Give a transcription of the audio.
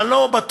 שאני לא בטוח,